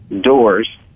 doors